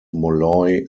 molloy